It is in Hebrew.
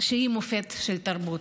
שהיא מופת של תרבות.